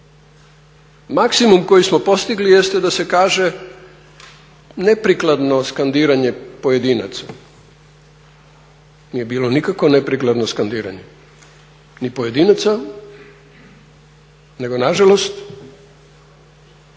Maksimum koji smo postigli jeste da se kaže neprikladno skandiranje pojedinaca. Nije bilo nikakvo neprikladno skandiranje ni pojedinaca nego nažalost